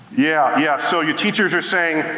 yeah, yeah. so your teachers are saying,